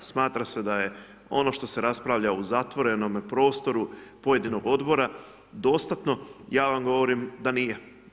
Smatra se da je ono što se raspravlja u zatvorenom prostoru pojedinog Odbora dostatno, ja vam govorim da nije.